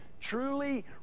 truly